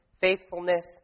faithfulness